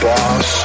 Boss